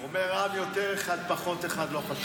אומר רם: יותר אחד, פחות אחד, לא חשוב.